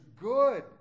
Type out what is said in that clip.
good